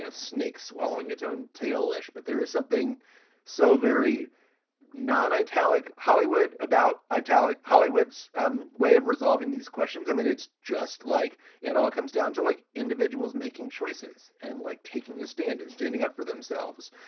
snake swallowing its own tale ish. but there is something so very not italic hollywood about italic hollywood's um way of resolving these questions. i mean, it's just like it all comes down to like individuals making choices and like taking the stand and standing up for themselves.